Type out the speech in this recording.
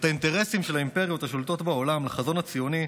האינטרסים של האימפריות השולטות בעולם לחזון הציוני,